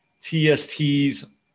TST's